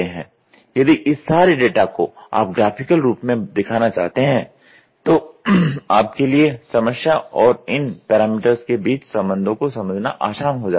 यदि इस सारे डेटा को आप ग्राफिकल रूप में दिखाना चाहते हो तो आपके लिए समस्या और इन पैरामीटर्स के बीच संबंधों को समझना आसान हो जाता है